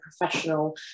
professional